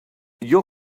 your